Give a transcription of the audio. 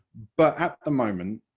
but at the moment,